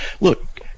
Look